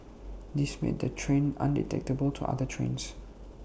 this made the train undetectable to other trains